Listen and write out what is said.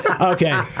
Okay